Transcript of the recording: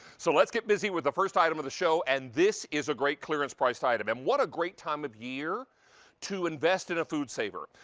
so let's get busy with the first item of the show. and this is a great clearance priced item. and what a great time of year to invest in a foodsaver.